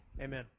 Amen